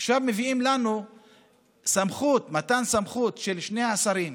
עכשיו מביאים לנו מתן סמכות לשני השרים,